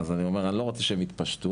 ואני לא רוצה שהם יתפשטו,